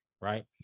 right